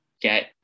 get